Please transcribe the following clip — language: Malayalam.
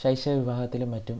ശൈശവ വിവാഹത്തിലും മറ്റും